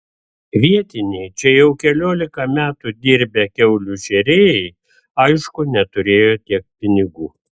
vietiniai čia jau keliolika metų dirbę kiaulių šėrėjai aišku neturėjo tiek pinigų